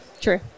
true